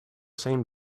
same